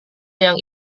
yang